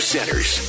Centers